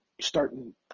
starting